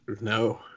no